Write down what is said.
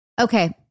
Okay